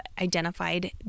identified